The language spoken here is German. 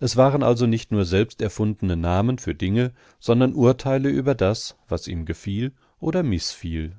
es waren also nicht nur selbsterfundene namen für dinge sondern urteile über das was ihm gefiel oder mißfiel